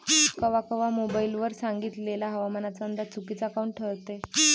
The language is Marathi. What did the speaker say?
कवा कवा मोबाईल वर सांगितलेला हवामानाचा अंदाज चुकीचा काऊन ठरते?